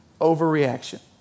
overreaction